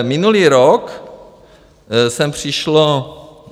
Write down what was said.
Minulý rok sem přišlo...